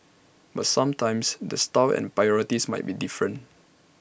but sometimes the style and priorities might be different